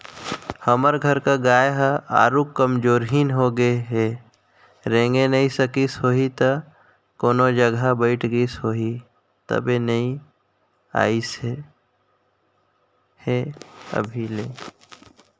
हमर घर गाय ह आरुग कमजोरहिन होगें हे रेंगे नइ सकिस होहि त कोनो जघा बइठ गईस होही तबे नइ अइसे हे अभी ले